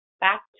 back